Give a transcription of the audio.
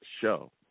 show